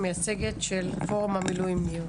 שתתן מצגת של פורום המילואימיות